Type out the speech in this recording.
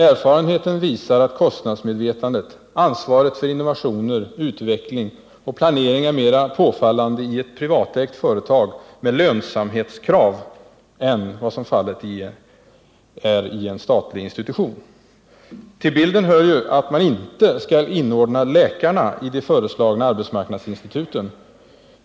Erfarenheten visar att kostnadsmedvetandet, ansvaret för innovationer, utveckling och planering m.m. är mera påfallande i ett privatägt företag med lönsamhetskrav än vad fallet är i en statlig institution. Till bilden hör att man inte skall inordna läkarna i: de föreslagna arbetsmarknadsinstituten.